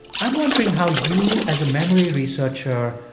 i'm wondering how you, as a memory researcher,